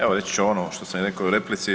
Evo reći ću ono što sam rekao i u replici.